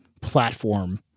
platform